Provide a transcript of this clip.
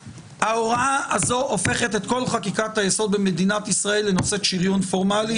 ההוראה הזאת הופכת את כל חקיקת היסוד במדינת ישראל לנושאת שריון פורמלי?